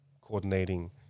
coordinating